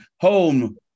home